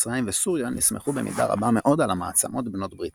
מצרים וסוריה נסמכו במידה רבה מאוד על המעצמות בנות בריתן.